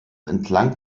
entlang